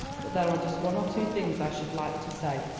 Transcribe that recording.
but there are just one or two things i should like to say.